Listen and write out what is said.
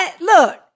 look